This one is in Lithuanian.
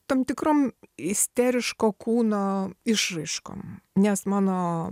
tam tikrom isteriško kūno išraiškom nes mano